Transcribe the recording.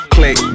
Click